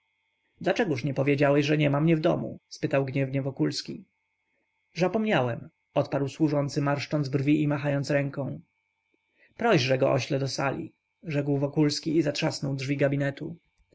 dlaczegóż nie powiedziałeś że mnie niema w domu spytał gniewnie wokulski żapomniałem odparł służący marszcząc brwi i machając ręką prośże go ośle do sali rzekł wokulski i zatrzasnął drzwi gabinetu